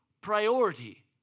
priority